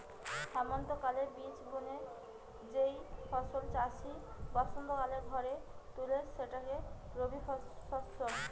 হেমন্তকালে বীজ বুনে যেই ফসল চাষি বসন্তকালে ঘরে তুলে সেটাই রবিশস্য